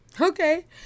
Okay